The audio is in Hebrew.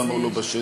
למה הוא לא בשטח,